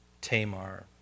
Tamar